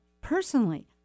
personally